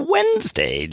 Wednesday